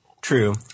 True